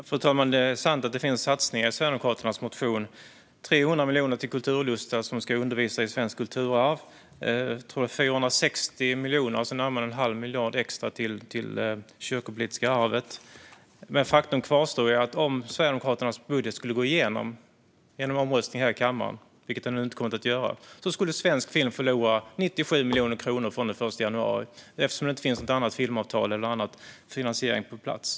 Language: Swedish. Fru talman! Det är sant att det finns satsningar i Sverigedemokraternas motion: 300 miljoner till kulturlotsar som ska undervisa i svenskt kulturarv och närmare en halv miljard extra till det kyrkopolitiska arvet. Men faktum kvarstår att om Sverigedemokraternas budget skulle röstas igenom i kammaren, vilket den inte kommer att göra, skulle svensk film förlora 97 miljoner kronor från den 1 januari, eftersom det inte finns något annat filmavtal eller annan finansiering på plats.